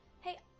Hey